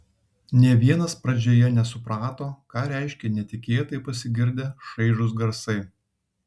nė vienas pradžioje nesuprato ką reiškia netikėtai pasigirdę šaižūs garsai